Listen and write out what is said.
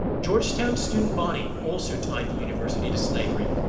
georgetown's student body also tied the university to slavery.